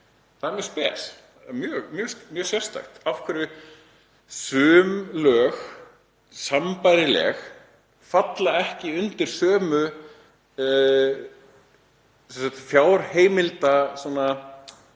Það er mjög spes, mjög sérstakt af hverju sambærileg lög falla ekki undir sömu fjárheimildareglur.